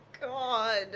God